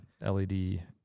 LED